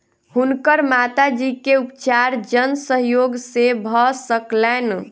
हुनकर माता जी के उपचार जन सहयोग से भ सकलैन